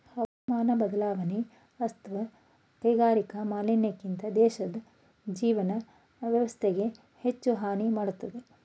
ಹವಾಮಾನ ಬದಲಾವಣೆ ಅತ್ವ ಕೈಗಾರಿಕಾ ಮಾಲಿನ್ಯಕ್ಕಿಂತ ದೇಶದ್ ಜೀವನ ವ್ಯವಸ್ಥೆಗೆ ಹೆಚ್ಚು ಹಾನಿ ಮಾಡಿದೆ